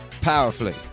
powerfully